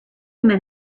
men